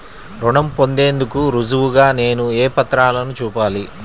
రుణం పొందేందుకు రుజువుగా నేను ఏ పత్రాలను చూపాలి?